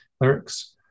lyrics